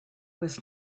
was